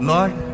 Lord